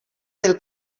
del